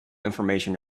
information